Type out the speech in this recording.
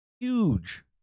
huge